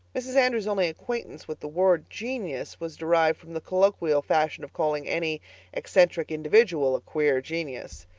mrs. andrews' only acquaintance with the word genius was derived from the colloquial fashion of calling any eccentric individual a queer genius.